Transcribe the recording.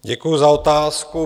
Děkuji za otázku.